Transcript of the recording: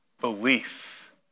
belief